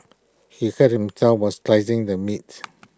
he hurt himself while slicing the meat